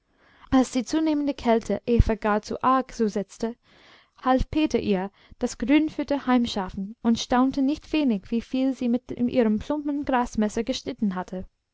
als die zunehmende kälte eva gar zu arg zusetzte half peter ihr das grünfutter heimschaffen und staunte nicht wenig wieviel sie mit ihrem plumpen grasmesser geschnitten hatte